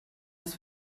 das